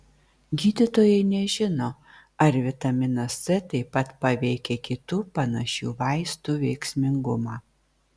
gydytojai nežino ar vitaminas c taip pat paveikia kitų panašių vaistų veiksmingumą